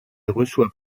reçoit